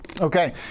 Okay